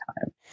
time